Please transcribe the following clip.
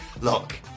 Look